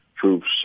troops